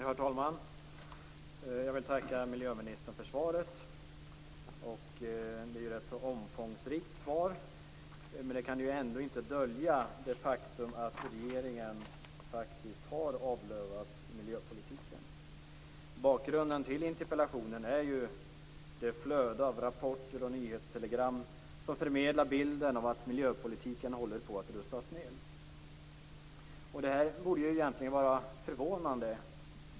Herr talman! Jag vill tacka miljöministern för svaret. Det är ett rätt så omfångsrikt svar. Men det kan ändå inte dölja det faktum att regeringen faktiskt har avlövat miljöpolitiken. Bakgrunden till interpellationen är det flöde av rapporter och nyhetstelegram som förmedlar bilden av att miljöpolitiken håller på att rustas ned. Det borde egentligen vara förvånande.